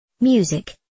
Music